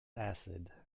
acid